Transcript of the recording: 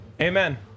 Amen